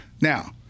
Now